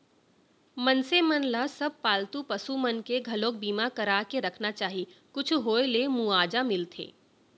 मनसे मन ल सब पालतू पसु मन के घलोक बीमा करा के रखना चाही कुछु होय ले मुवाजा मिलथे